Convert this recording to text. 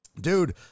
Dude